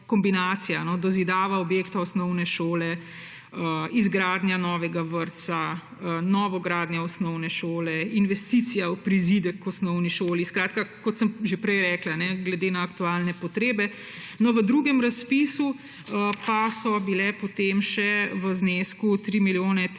kombinacijo, dozidava objektov osnovne šole, izgradnja novega vrtca, novogradnja osnovne šole, investicija v prizidek k osnovni šoli. Skratka, kot sem že prej rekla, glede na aktualne potrebe. V drugem razpisu pa so bile potem v znesku 3 milijone 359